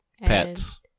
Pets